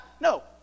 no